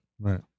Right